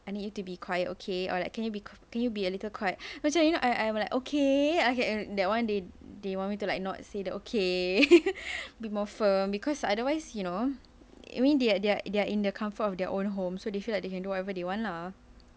I need you to be quiet okay or like can you be q~ can you be a little quiet actually I'm I'm like okay I can that one they they want me to like not say that okay be more firm because otherwise you know they are they are they are in the comfort of their own home so they feel like they can do whatever they want lah